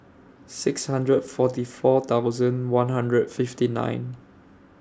six hundred forty four thousand one hundred fifty nine